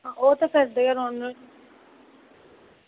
ओह् ते चलदे रौह्ने होने